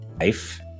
life